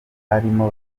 arimo